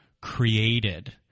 created